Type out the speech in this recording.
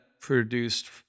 produced